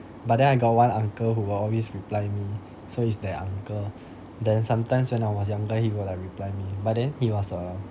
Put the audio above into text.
but then I got one uncle who will always reply me so it's that uncle then sometimes when I was younger he will like reply me but then he was a